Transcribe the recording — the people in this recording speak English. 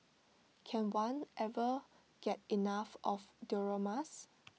can one ever get enough of dioramas